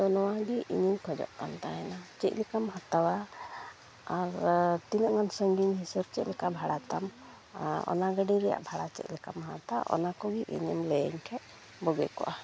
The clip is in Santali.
ᱛᱳ ᱱᱚᱣᱟᱜᱮ ᱤᱧᱤᱧ ᱠᱷᱚᱡᱚᱜ ᱠᱟᱱ ᱛᱟᱦᱮᱱᱟ ᱪᱮᱫ ᱞᱮᱠᱟᱢ ᱦᱟᱛᱟᱣᱟ ᱟᱨ ᱛᱤᱱᱟᱹᱜ ᱜᱟᱱ ᱥᱟᱸᱹᱜᱤᱧ ᱦᱤᱥᱟᱹᱵᱽ ᱪᱮᱫᱞᱮᱠᱟ ᱵᱷᱟᱲᱟᱛᱟᱢ ᱚᱱᱟ ᱜᱟᱹᱰᱤ ᱨᱮᱭᱟᱜ ᱵᱷᱟᱲᱟ ᱪᱮᱫᱞᱮᱠᱟᱢ ᱦᱟᱛᱟᱣᱟ ᱚᱱᱟᱠᱚᱜᱮ ᱤᱧᱮᱢ ᱞᱟᱹᱭᱟᱹᱧ ᱠᱷᱟᱡ ᱵᱳᱜᱮ ᱠᱚᱜᱼᱟ